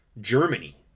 Germany